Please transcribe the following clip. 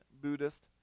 Buddhist